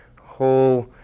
whole